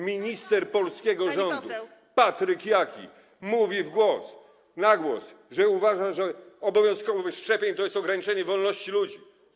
Minister polskiego rządu Patryk Jaki mówi na głos, że uważa, że obowiązkowość szczepień to jest ograniczenie wolności ludzi.